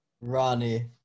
Ronnie